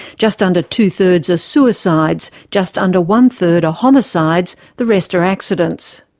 just under two-thirds are suicides, just under one-third are homicides, the rest are accidents.